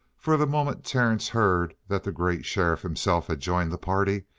for the moment terence heard that the great sheriff himself had joined the party,